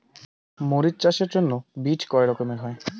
মরিচ চাষের জন্য বীজ কয় রকমের হয়?